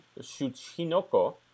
Shuchinoko